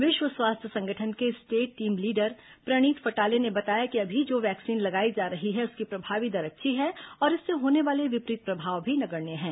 विश्व स्वास्थ्य संगठन के state team leader Praneet Phatale ने बताया कि अभी जो वैक्सीन लगाई जा रही है उसकी प्रभावी दर अच्छी है और इससे होने वाले विपरीत प्रभाव भी नगण्य है